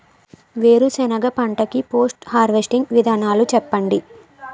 వేరుసెనగ పంట కి పోస్ట్ హార్వెస్టింగ్ విధానాలు చెప్పండీ?